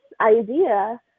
idea